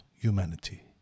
humanity